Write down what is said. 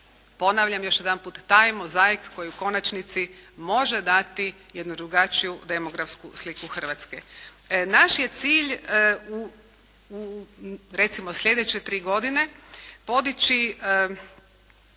ponavljam još jedanput taj mozaik koji u konačnici može dati jednu drugačiju demografsku sliku Hrvatske. Naš je cilj recimo slijedeće tri godine podići